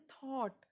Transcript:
thought